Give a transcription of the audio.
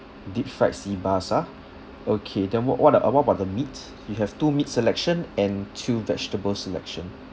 deep fried sea bass ah okay then what what a~ uh what about the meat you have two meat selection and two vegetable selection